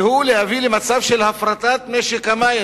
והיא להביא למצב של הפרטת משק המים.